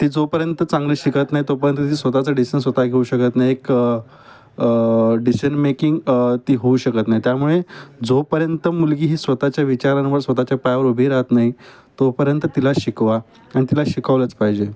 ती जोपर्यंत चांगली शिकत नाई तोपर्यंत ती स्वताचं डिसन्स घेऊ शकत नाई एक डिशन मेकिंग ती होऊ शकत नाई त्यामुळे जोपर्यंत मुलगी ही स्वताच्या विचारांवर स्वताच्या पायावर उभी राहत नाई तोपर्यंत तिला शिकवा आणि तिला शिकवलंच पाहिजे